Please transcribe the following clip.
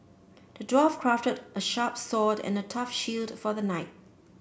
the dwarf crafted a sharp sword and a tough shield for the knight